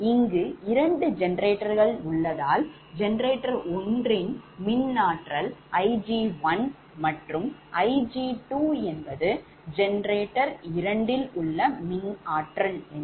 இங்கு இரண்டு ஜெனரேட்டர்கள் உள்ளதால் ஜெனரேட்டர் 1 யின் மின் ஆற்றல் Ig1 மற்றும் Ig2 ஜெனரேட்டர் இரண்டில் உள்ள மின் ஆற்றல் ஆகும்